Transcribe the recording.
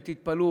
תתפלאו,